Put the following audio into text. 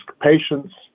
patients